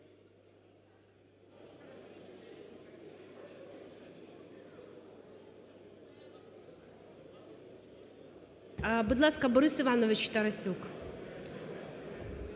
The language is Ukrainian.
Будь ласка, Борис Іванович Тарасюк.